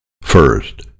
First